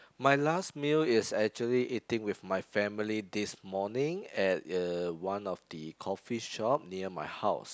my last meal is actually eating with my family this morning at uh one of the coffee shop near my house